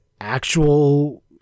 actual